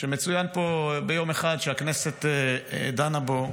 שמצוין פה ביום אחד שהכנסת דנה בו,